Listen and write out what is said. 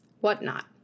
whatnot